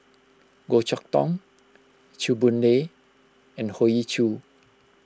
Goh Chok Tong Chew Boon Lay and Hoey Choo